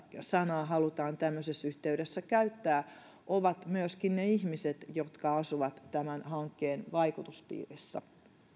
sanaa halutaan tämmöisessä yhteydessä käyttää ovat myöskin ne ihmiset jotka asuvat tämän hankkeen vaikutuspiirissä